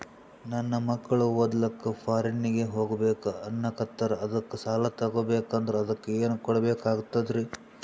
ನನ್ನ ಮಕ್ಕಳು ಓದ್ಲಕ್ಕ ಫಾರಿನ್ನಿಗೆ ಹೋಗ್ಬಕ ಅನ್ನಕತ್ತರ, ಅದಕ್ಕ ಸಾಲ ತೊಗೊಬಕಂದ್ರ ಅದಕ್ಕ ಏನ್ ಕೊಡಬೇಕಾಗ್ತದ್ರಿ?